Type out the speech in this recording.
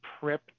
prep